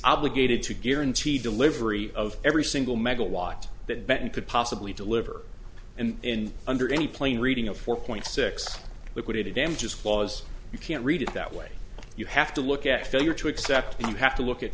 obligated to guarantee delivery of every single megawatt that ben could possibly deliver and in under any plain reading a four point six liquidated damages clause you can't read it that way you have to look at failure to accept it you have to look at